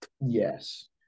Yes